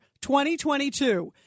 2022